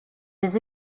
des